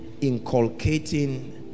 inculcating